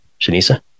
Shanisa